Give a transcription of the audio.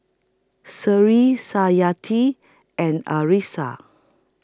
Sri and Arissa